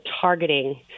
targeting